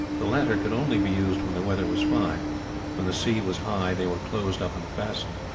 the latter could only be used when the weather was fine when the sea was high they were closed up and fastened.